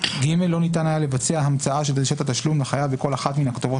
(ג)לא ניתן היה לבצע המצאה של דרישת התשלום לחייב בכל אחת מן הכתובות